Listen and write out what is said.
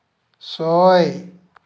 ছয়